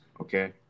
okay